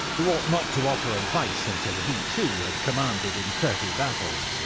who ought not to offer advice until he too had commanded in thirty battles.